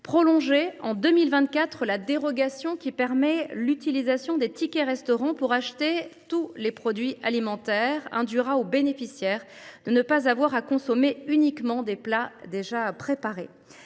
la fin de 2024 la dérogation qui permet l’utilisation des tickets restaurant pour acheter tous les produits alimentaires permettra aux bénéficiaires de ne pas avoir à consommer uniquement des plats déjà préparés.